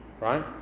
Right